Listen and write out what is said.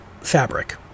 fabric